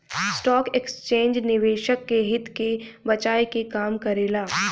stock exchange निवेशक के हित के बचाये के काम करेला